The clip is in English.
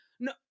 No